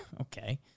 Okay